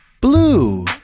Blue